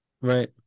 Right